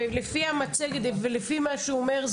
ולפי המצגת ולפי מה שהוא אומר,